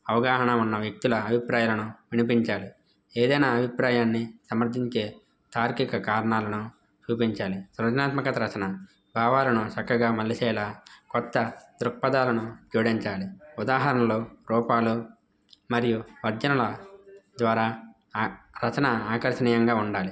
అవగాహన ఉన్న వ్యక్తుల అభిప్రాయాలను వినిపించాలి ఏదైనా అభిప్రాయాన్ని సమర్ధించే తార్కిక కారణాలను చూపించాలి సృజనాత్మకత రచన భావాలను చక్కగా మలిచేేల కొత్త దృక్పదాలను జోడించాలి ఉదాహరణలు రూపాలు మరియు వర్జనల ద్వారా రచన ఆకర్షణీయంగా ఉండాలి